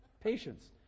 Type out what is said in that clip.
patience